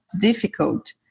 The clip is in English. difficult